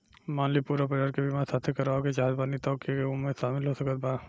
मान ली पूरा परिवार के बीमाँ साथे करवाए के चाहत बानी त के के ओमे शामिल हो सकत बा?